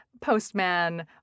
Postman